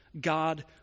God